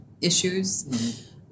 issues